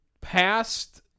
past